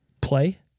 Play